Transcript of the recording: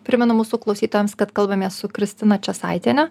primenu mūsų klausytojams kad kalbamės su kristina česaitiene